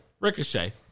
Ricochet